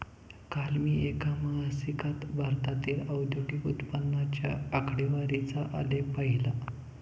काल मी एका मासिकात भारतातील औद्योगिक उत्पन्नाच्या आकडेवारीचा आलेख पाहीला